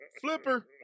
flipper